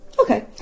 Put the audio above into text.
okay